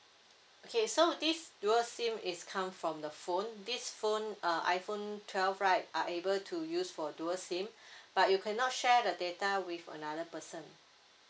okay so this dual sim is come from the phone this phone uh iphone twelve right are able to use for dual sim but you cannot share the data with another person